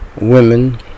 women